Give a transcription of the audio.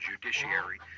judiciary